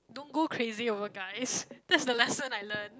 don't go crazy over guys that's the lesson I learn